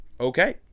okay